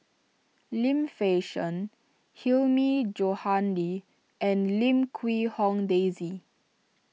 Lim Fei Shen Hilmi Johandi and Lim Quee Hong Daisy